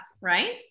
right